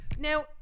Now